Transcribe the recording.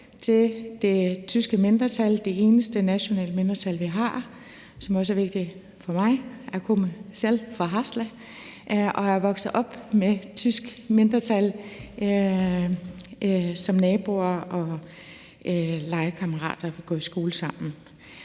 til det tyske mindretal, som er det eneste nationale mindretal, vi har, og som også er vigtigt for mig; æ komme selv fra Haderslev – og jeg er vokset op med det tyske mindretal som naboer og legekammerater, og vi har gået i skole sammen.